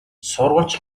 сурвалж